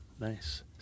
Nice